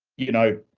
you know,